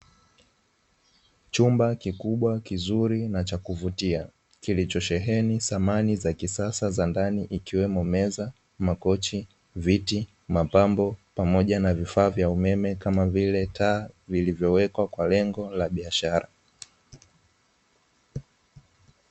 Chumba kikubwa, kizuri na cha kuvutia, kilichosheheni samani za kisasa za ndani ikiwemo meza, makochi, viti, mapambo pamoja na vifaa vya umeme kama vile; taa, vilivyowekwa kwa lengo la biashara.